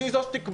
שהיא זו שתקבע